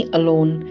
alone